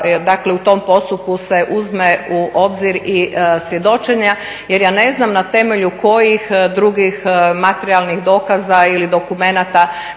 dakle u tom postupku se uzme u obzir i svjedočenja jer ja ne znam na temelju kojih drugih materijalnih dokaza ili dokumenata